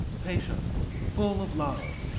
patient, full of love,